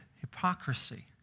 hypocrisy